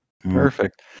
Perfect